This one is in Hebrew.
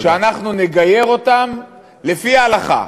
ושאנחנו נגייר אותם לפי ההלכה,